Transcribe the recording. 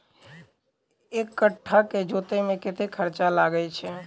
एक कट्ठा केँ जोतय मे कतेक खर्चा लागै छै?